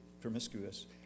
promiscuous